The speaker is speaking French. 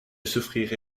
souffrirai